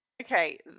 Okay